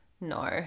no